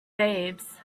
babes